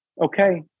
Okay